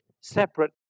separate